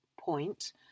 point